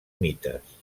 mites